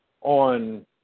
on